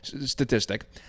statistic